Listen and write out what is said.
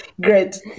Great